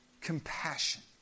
compassion